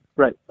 Right